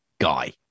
guy